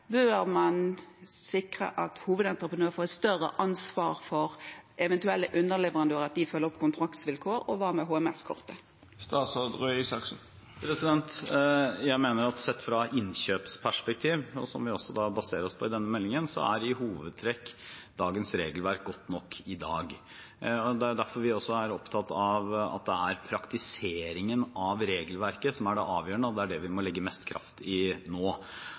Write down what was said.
bør man sikre at hovedentreprenøren får et større ansvar for at eventuelle underleverandører følger opp kontraktsvilkårene? Hva med HMS-kortet? Sett fra et innkjøpsperspektiv, som vi baserer oss på i denne meldingen, mener jeg at dagens regelverk i hovedtrekk er godt nok. Det er også derfor vi er opptatt av at det er praktiseringen av regelverket som er det avgjørende, og det er det vi må legge mest kraft i nå.